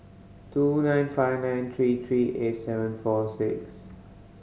two nine five nine three three eight seven four six